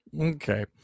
Okay